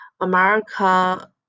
America